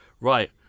Right